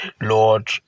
Lord